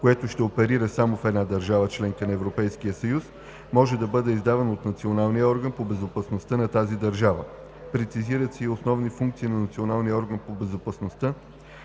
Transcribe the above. което ще оперира само в една държава – членка на Европейския съюз, може да бъден издаван от националния орган по безопасността на тази държава. Прецизират се и основните функции на националния орган по безопасността,